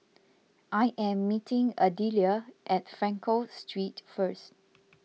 I am meeting Adelia at Frankel Street first